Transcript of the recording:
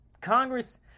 Congress